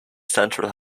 central